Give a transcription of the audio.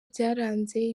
byaranze